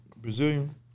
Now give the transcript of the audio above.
Brazilian